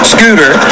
Scooter